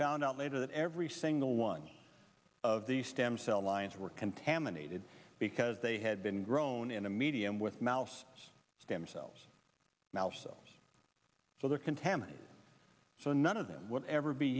found out later that every single one of these stem cell lines were contaminated because they had been grown in a medium with mouse stem cells mouse cells so they're contaminated so none of them would ever be